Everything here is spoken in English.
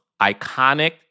iconic